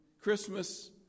Christmas